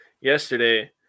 yesterday